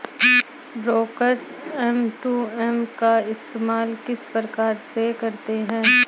Brokers M two M का इस्तेमाल किस प्रकार से करते हैं?